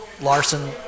Larson